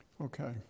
Okay